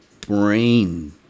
brain